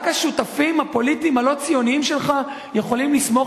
רק השותפים הפוליטיים הלא-ציונים שלך יכולים לסמוך